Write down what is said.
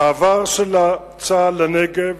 המעבר של צה"ל לנגב